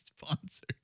sponsored